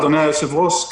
אדוני היושב-ראש,